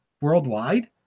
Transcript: worldwide